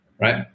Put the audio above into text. right